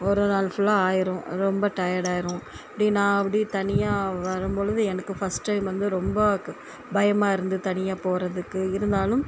ஒரு நாள் ஃபுல்லாக ஆகிரும் ரொம்ப டயர்ட் ஆகிடும் இப்படி நான் அப்படி தனியாக வரும் பொழுது எனக்கு ஃபர்ஸ்ட் டைம் வந்து ரொம்ப பயமாக இருந்தது தனியாக போகிறதுக்கு இருந்தாலும்